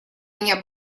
меня